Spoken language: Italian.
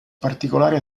particolare